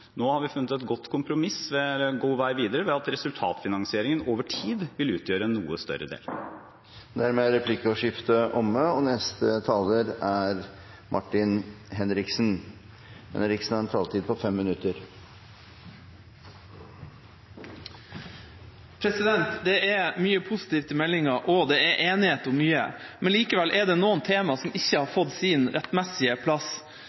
Nå har vi funnet et godt kompromiss og en god vei videre ved at resultatfinansieringen over tid vil utgjøre en noe større del. Dermed er replikkordskiftet omme. Det er mye positivt i meldinga, og det er enighet om mye. Men likevel er det noen temaer som ikke har fått sin rettmessige plass.